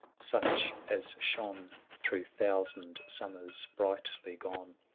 such as shone through thousand summers brightly gone,